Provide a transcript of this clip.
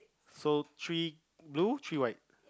so three blue three white